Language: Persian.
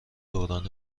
دوران